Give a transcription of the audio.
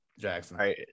Jackson